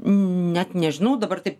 net nežinau dabar taip